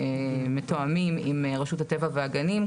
ממילא מתואמים עם רשות הטבע והגנים,